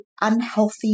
unhealthy